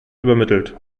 übermittelt